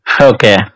Okay